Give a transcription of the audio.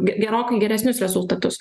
g gerokai geresnius rezultatus